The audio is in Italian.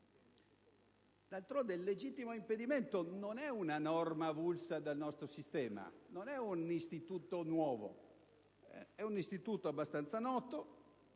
D'altronde, il legittimo impedimento non è una norma avulsa dal nostro sistema; non è un istituto nuovo, ma abbastanza noto: